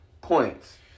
points